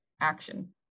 action